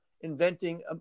inventing